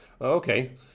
Okay